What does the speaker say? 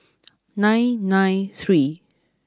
nine nine three